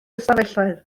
ystafelloedd